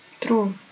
True